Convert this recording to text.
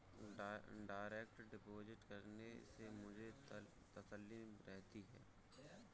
direct deposit करने से मुझे तसल्ली रहती है